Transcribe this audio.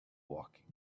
woking